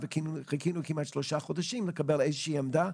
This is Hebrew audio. כמעט שלושה חודשים לקבל איזושהי עמדה.